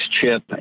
chip